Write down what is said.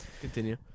Continue